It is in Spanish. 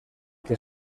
que